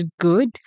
good